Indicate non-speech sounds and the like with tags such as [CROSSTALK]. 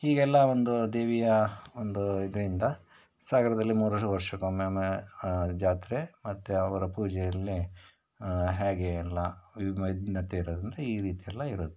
ಹೀಗೆಲ್ಲ ಒಂದು ದೇವಿಯ ಒಂದು ಇದರಿಂದ ಸಾಗರದಲ್ಲಿ ಮೂರು ವರ್ಷಕ್ಕೊಮ್ಮೆ ಜಾತ್ರೆ ಮತ್ತು ಅವರ ಪೂಜೆಯಲ್ಲಿ ಹೇಗೆ ಎಲ್ಲ [UNINTELLIGIBLE] ಈ ರೀತಿಯೆಲ್ಲ ಇರುತ್ತೆ